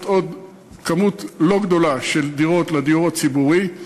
עוד כמות לא גדולה של דירות לדיור הציבורי,